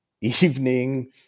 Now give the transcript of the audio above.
evening